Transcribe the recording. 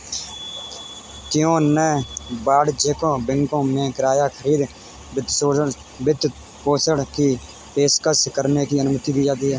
क्यों न वाणिज्यिक बैंकों को किराया खरीद वित्तपोषण की पेशकश करने की अनुमति दी जाए